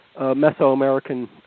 Mesoamerican